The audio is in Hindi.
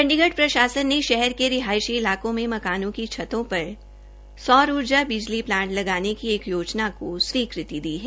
चण्डीगढ प्रशासन ने शहर के रिहायशी इलाकों में मकानों की छतों पर सौर उर्जा बिजली प्लांट लगाने की एक योजना को स्वीकृति दे दी है